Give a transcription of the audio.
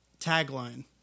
tagline